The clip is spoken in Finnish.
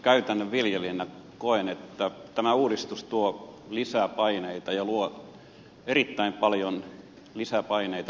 käytännön viljelijänä koen että tämä uudistus tuo lisää paineita ja luo erittäin paljon lisäpaineita kannattavuudelle ja kilpailukyvylle